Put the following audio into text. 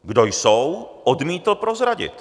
Kdo jsou, odmítl prozradit.